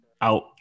out